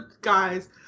guys